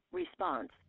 response